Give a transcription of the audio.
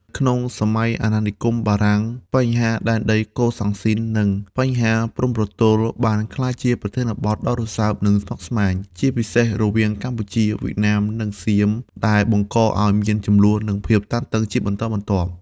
ក្នុងសម័យអាណានិគមបារាំង បញ្ហាដែនដីកូសាំងស៊ីន និងបញ្ហាព្រំប្រទល់បានក្លាយជាប្រធានបទដ៏រសើប និងស្មុគស្មាញ ជាពិសេសរវាងកម្ពុជា វៀតណាម និងសៀម ដែលបង្កឱ្យមានជម្លោះនិងភាពតានតឹងជាបន្តបន្ទាប់។